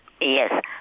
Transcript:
Yes